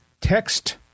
text